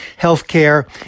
healthcare